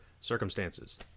circumstances